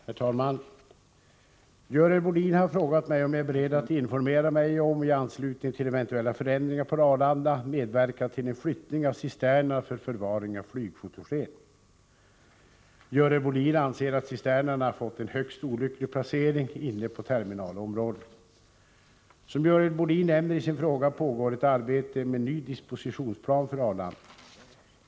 Herr talman! Görel Bohlin har frågat mig om jag är beredd att informera mig om situationen när det gäller förvaring av flygfotogen på Arlanda flygplats och i anslutning till eventuella förändringar på Arlanda medverka till en flyttning av cisternerna för förvaring av flygfotogen. Görel Bohlin anser att cisternerna har fått en högst olycklig placering inne på terminalområdet. Som Görel Bohlin nämner i sin fråga pågår ett arbete med ny dispositionsplan för Arlanda.